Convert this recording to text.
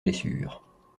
blessure